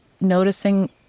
noticing